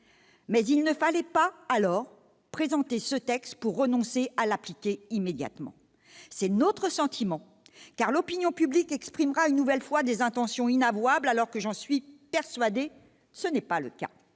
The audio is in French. mais il ne fallait pas présenter ce texte pour renoncer à l'appliquer immédiatement. C'est notre sentiment, car l'opinion publique y verra une nouvelle fois des intentions inavouables, alors que- j'en suis persuadée -ce n'est pas le cas.